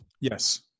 Yes